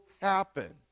happen